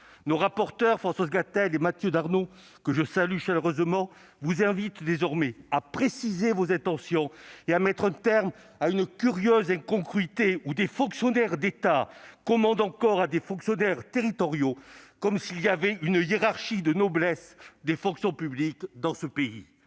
Nos rapporteurs, Françoise Gatel et Mathieu Darnaud, que je salue chaleureusement, vous invitent désormais à préciser vos intentions et à mettre un terme à une curieuse incongruité, où des fonctionnaires d'État commandent encore à des fonctionnaires territoriaux, comme s'il y avait une hiérarchie de noblesse des fonctions publiques dans ce pays.